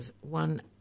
one